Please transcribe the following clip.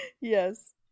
Yes